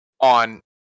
on